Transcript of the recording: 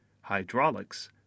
hydraulics